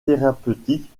thérapeutique